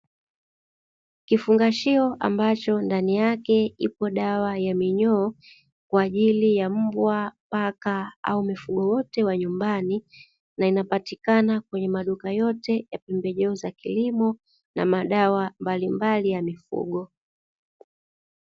Kifungashio ambacho ndani yake ipo dawa ya minyoo kwa ajili ya mbwa, paka au mifugo yote ya nyumbani na inapatikana kwenye maduka yote ya pembejeo za kilimo na madawa mbalimbali ya mifugo.